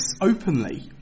openly